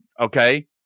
Okay